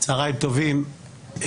צוהריים טובים,